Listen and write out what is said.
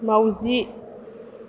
माउजि